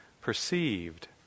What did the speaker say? perceived